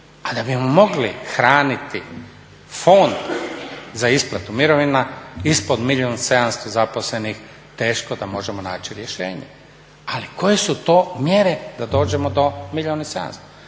A da bismo mogli hraniti Fond za isplatu mirovina ispod milijun i 700 zaposlenih teško da možemo naći rješenje. Ali koje su to mjere da dođemo do milijun i 700?